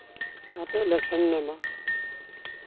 ᱜᱟᱛᱮᱜ ᱞᱮ ᱥᱮᱱ ᱞᱮᱱᱟ